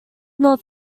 not